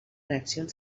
reaccions